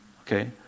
Okay